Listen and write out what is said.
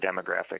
demographic